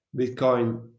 bitcoin